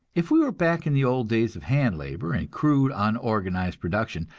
if we were back in the old days of hand labor and crude, unorganized production,